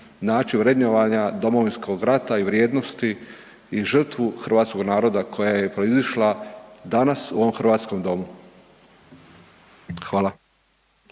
način vrednovanja Domovinskog rata i vrijednosti i žrtvu hrvatskog naroda koja je proizišla danas u ovom hrvatskom domu? Hvala.